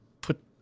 put